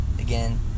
Again